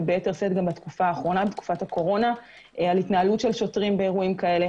וביתר שאת גם בתקופת הקורונה על התנהלות שוטרים באירועים כאלה.